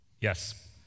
Yes